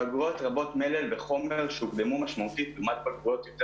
בגרויות רבות מלל וחומר שהוקדמו משמעותית לעומת בגרויות יותר